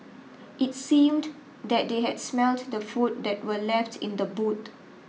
it seemed that they had smelt the food that were left in the boot